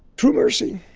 true mercy.